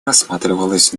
рассматривалась